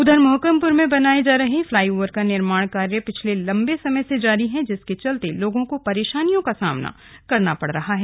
उधर मौहकमपुर में बन रहे फ्लाई ओवर का निर्माण कार्य पिछले लंबे समय से जारी है जिसके चलते लोगों को परेशानियां का सामना करना पड़ रहा है